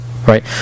Right